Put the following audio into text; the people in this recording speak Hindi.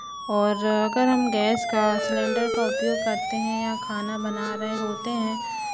और अगर हम गैस का सिलेंडर का उपयोग करते हैं या खाना बना रहे होते हैं